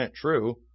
true